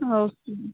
okay